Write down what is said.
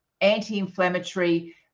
anti-inflammatory